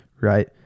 right